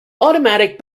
automatic